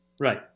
Right